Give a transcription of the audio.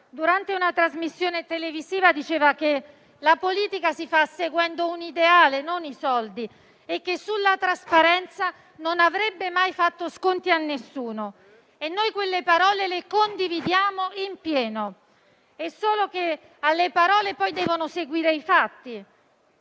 durante una trasmissione televisiva, diceva che la politica si fa seguendo un ideale, non i soldi, e che sulla trasparenza non avrebbe mai fatto sconti a nessuno. Noi quelle parole le condividiamo in pieno, ma alle parole devono seguire i fatti